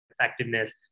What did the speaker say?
effectiveness